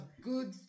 good